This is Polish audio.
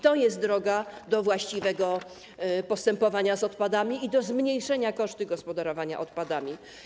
To jest droga do właściwego postępowania z odpadami i do zmniejszenia kosztów gospodarowania odpadami.